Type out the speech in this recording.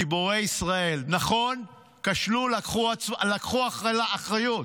גיבורי ישראל, נכון, כשלו, לקחו אחריות,